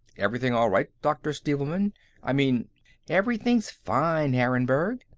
everything all right, dr. stevelman i mean everything's fine, harrenburg,